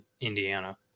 Indiana